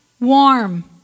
warm